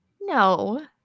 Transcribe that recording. No